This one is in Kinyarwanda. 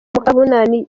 mukabunani